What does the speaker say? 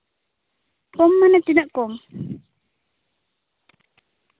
ᱠᱚᱢ ᱢᱟᱱᱮ ᱛᱤᱱᱟᱹᱜ ᱠᱚᱢ